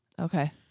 Okay